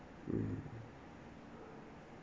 mmhmm